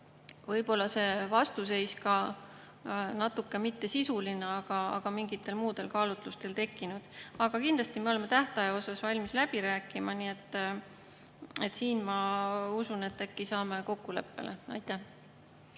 võib olla see vastuseis ka natuke mittesisuline, mingitel muudel kaalutlustel tekkinud. Aga kindlasti me oleme tähtaja suhtes valmis läbi rääkima, nii et ma usun, et äkki saame kokkuleppele. Tarmo